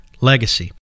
Legacy